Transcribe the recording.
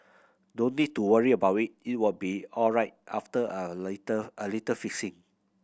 don't need to worry about it it will be alright after a little a little fixing